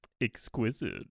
Exquisite